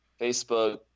Facebook